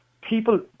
People